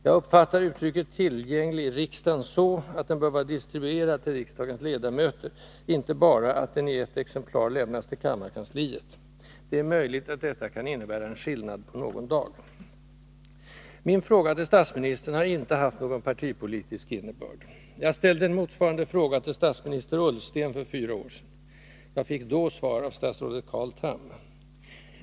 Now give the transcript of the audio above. Jag uppfattar uttrycket ”tillgänglig i riksdagen” så, att den bör vara distribuerad till riksdagens ledamöter, inte bara att den i ett exemplar lämnats till kammarkansliet. Det är möjligt att detta kan innebära en skillnad på någon dag. Min fråga till statsministern har inte haft någon partipolitisk innebörd. Jag ställde en motsvarande fråga till statsminister Ullsten för fyra år sedan. Jag fick då svar av statsrådet Carl Tham.